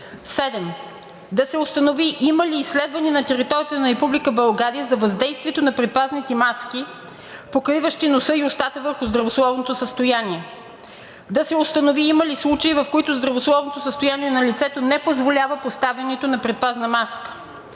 1.7. Да се установи има ли изследване на територията на Република България за въздействието на предпазните маски, покриващи носа и устата, върху здравословното състояние. Да се установи има ли случаи, в които здравословното състояние на лицето не позволява поставянето на предпазна маска.